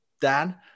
Dan